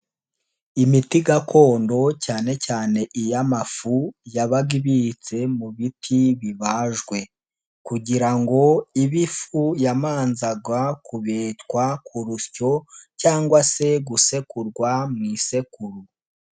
Imiti gakondo cyane cyane iy'amafu yabaga ibitse mu biti bibajwe, kugira ngo ibe ifu yamanzaga kubetwa ku rusyo cyangwa se gusekurwa mu isekuru.